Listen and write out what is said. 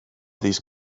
these